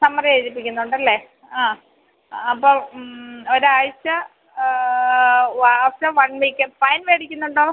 summary എഴുതിപ്പിക്കുന്നുണ്ട് അല്ലേ ആ അപ്പം ഒരാഴ്ച ആഫ്റ്റർ വൺ വീക്ക് ഫൈൻ വേടിക്കുന്നുണ്ടോ